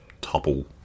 topple